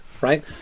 right